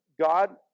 God